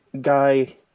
guy